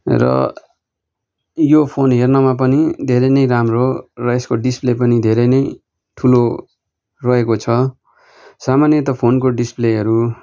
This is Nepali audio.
र यो फोन हेर्नमा पनि धेरै नै राम्रो र यसको डिसप्ले पनि धेरै नै ठुलो रहेको छ सामान्य त फोनको डिसप्लेहरू